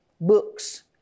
books